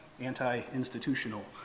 Anti-institutional